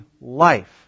life